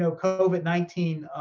so covid nineteen